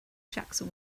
jackson